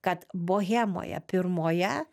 kad bohemoje pirmoje